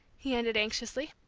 he ended anxiously.